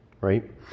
right